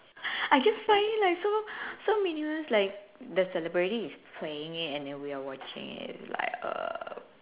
I just find it like so so meaningless like the celebrity is playing it and we are watching it like err